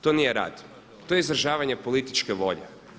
To nije rad, to je izražavanje političke volje.